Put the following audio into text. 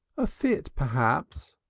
a fit, perhaps,